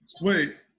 Wait